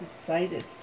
excited